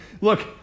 Look